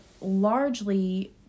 largely